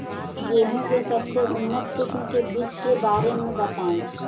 गेहूँ के सबसे उन्नत किस्म के बिज के बारे में बताई?